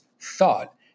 thought